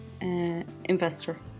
Investor